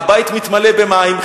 הבית מתמלא במים,